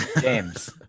James